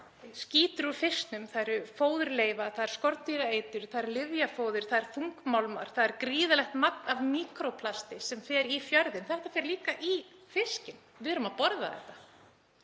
skítur úr fiskinum, það eru fóðurleifar, það er skordýraeitur, það er lyfjafóður, það eru þungmálmar, það er gríðarlegt magn af míkróplasti sem fer í fjörðinn. Þetta fer líka í fiskinn. Við erum að borða þetta.